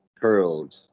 curled